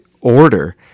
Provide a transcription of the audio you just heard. order